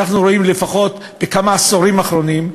רואים לפחות בכמה העשורים האחרונים,